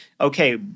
okay